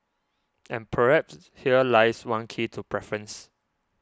and perhaps here lies one key to preference